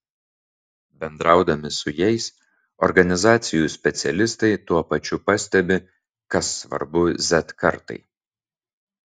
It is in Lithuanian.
bendraudami su jais organizacijų specialistai tuo pačiu pastebi kas svarbu z kartai